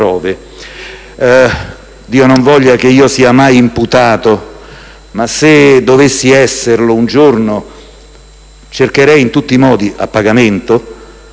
Dio non voglia che io sia mai imputato, ma se dovessi esserlo un giorno, cercherei in tutti i modi di farmi